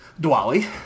Dwali